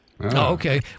Okay